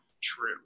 true